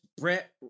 Brett